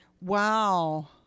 Wow